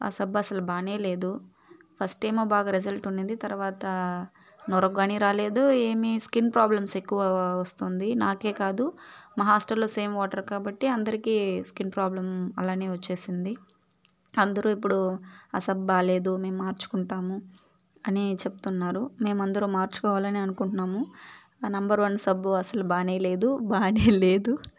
ఆ సబ్బు అసలు బాగానే లేదు ఫస్ట్ ఏమో బాగా రిజల్ట్ ఉన్నింది తర్వాత నురగ కానీ రాలేదు ఏమి స్కిన్ ప్రాబ్లమ్స్ ఎక్కువ వస్తుంది నాకే కాదు మా హాస్టల్లో సేమ్ వాటర్ కాబట్టి అందరికీ స్క్రీన్ ప్రాబ్లం అలానే వచ్చేసింది అందరూ ఇప్పుడు అసలు బాగాలేదు మేము మార్చుకుంటాము అని చెప్తున్నారు మేమందరం మార్చుకోవాలని అనుకుంటున్నాము ఆ నంబర్ వన్ సబ్బు అసలు బాగానే లేదు బాగానే లేదు